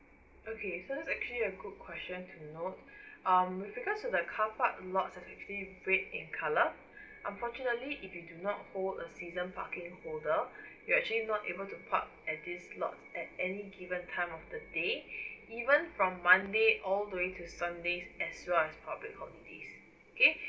okay so that's actually a good question to note um with regards to the carpark lots that's actually red in colour unfortunately if you do not hold a season parking holder you're actually not able to park at these lots at any given time of the day even from monday all the way to sundays as well as public holidays okay